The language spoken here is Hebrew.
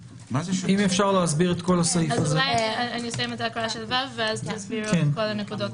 אסיים את ההקראה של (ו) ואז תסבירו את הנקודות